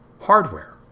hardware